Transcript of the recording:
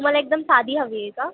तुम्हाला एकदम साधी हवी आहे का